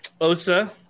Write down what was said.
Osa